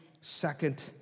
second